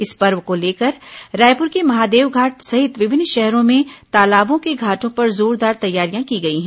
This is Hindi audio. इस पर्व को लेकर रायपुर के महादेवघाट सहित विभिन्न शहरों में तालाबों के घाटों पर जोरदार तैयारियां की गई हैं